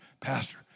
Pastor